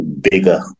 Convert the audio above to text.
bigger